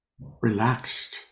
Relaxed